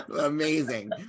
Amazing